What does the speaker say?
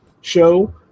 show